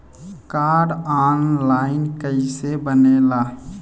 Card online कइसे बनेला?